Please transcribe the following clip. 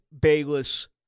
Bayless